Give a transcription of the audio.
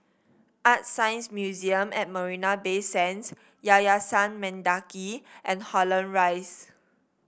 ArtScience Museum at Marina Bay Sands Yayasan Mendaki and Holland Rise